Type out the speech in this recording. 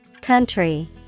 Country